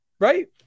right